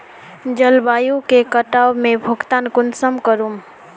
जलवायु के कटाव से भुगतान कुंसम करूम?